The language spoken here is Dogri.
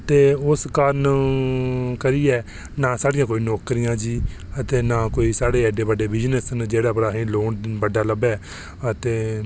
अते उस कारण करियै न साढ़ियां कोई नौकरियां अते न कोई साढ़े एड्डे बड्डे बिजनस जेह्दे पर असें ई लोन बड्डा लब्भै अते